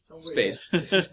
space